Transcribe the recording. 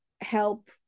help